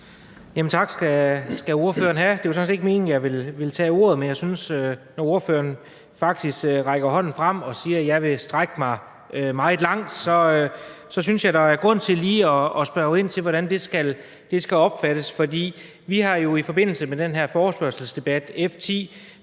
Tak skal ordføreren have. Det var sådan set ikke meningen, at jeg ville tage ordet, men når ordføreren faktisk rækker hånden frem og siger, at han vil strække sig meget langt, så synes jeg, der er grund til lige at spørge ind til, hvordan det skal opfattes. Vi har jo i forbindelse med den her forespørgselsdebat F 10